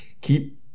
keep